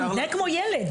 אתה מתנהג כמו ילד,